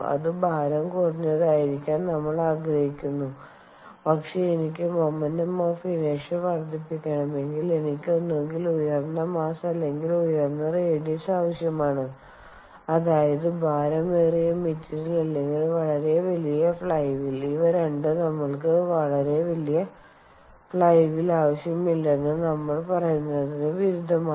ഇത് ഭാരം കുറഞ്ഞതായിരിക്കാൻ നമ്മൾ ആഗ്രഹിക്കുന്നു പക്ഷേ എനിക്ക് മൊമെന്റ് ഓഫ് ഇനേർഷ്യ വർദ്ധിപ്പികണമെങ്കിൽ എനിക്ക് ഒന്നുകിൽ ഉയർന്ന മാസ്സ് അല്ലെങ്കിൽ ഉയർന്ന റെഡിസ് ആവശ്യമാണ് അതായത് ഭാരമേറിയ മെറ്റീരിയൽ അല്ലെങ്കിൽ വളരെ വലിയ ഫ്ലൈ വീൽ ഇവ രണ്ടും നമ്മൾക്ക് വളരെ വലിയ ഫ്ലൈ വീൽ ആവശ്യമില്ലെന്ന് നമ്മൾ പറയുന്നതിന് വിരുദ്ധമാണ്